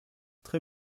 très